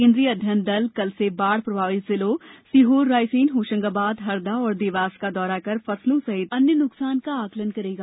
केंद्रीय अध्ययन दल कल से बाढ़ प्रभावित जिलों सीहोर रायसेन होशंगाबाद हरदा और देवास का दौरा कर फसलों सहित अन्य नुकसान का आकलन करेगा